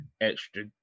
extra